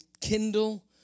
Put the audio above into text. kindle